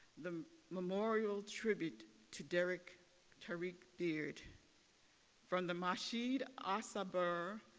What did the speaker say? the memorial tribute to derrick tyreek beard from the mashid asabar